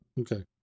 Okay